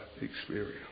experience